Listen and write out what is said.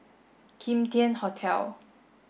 Kim Tian Hotel